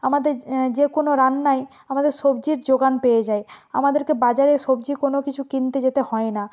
আমাদের যে কোনো রান্নাই আমাদের সবজির জোগান পেয়ে যায় আমাদেরকে বাজারে সবজি কোনো কিছু কিনতে যেতে হয় না